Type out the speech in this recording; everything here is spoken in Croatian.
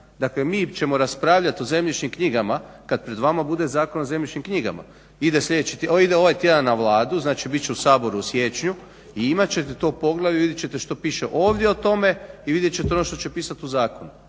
Dakle mi ćemo raspravljat o zemljišnim knjigama kad pred vama bude Zakon o zemljišnim knjigama, ide ovaj tjedan na Vladu, znači bit će u Saboru u siječnju i imat ćete to poglavlje i vidjet ćete što piše ovdje o tome i vidje ćete ono što će pisat u zakonu.